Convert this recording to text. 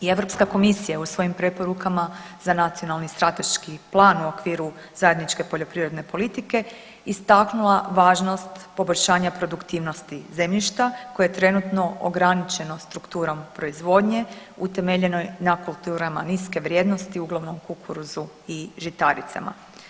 I Europska Komisija je u svojim preporukama za Nacionalni strateški plan u okviru Zajedničke poljoprivredne politike istaknula važnost poboljšanja produktivnosti zemljišta, koje je trenutno ograničeno strukturom proizvodnje, utemeljenoj na kulturama niske vrijednosti, uglavnom kukuruzu i žitaricama.